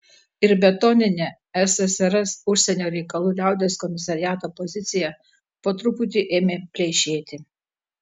ir betoninė ssrs užsienio reikalų liaudies komisariato pozicija po truputį ėmė pleišėti